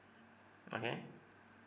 okay